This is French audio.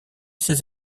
ses